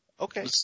Okay